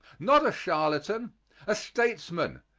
not a charlatan a statesman,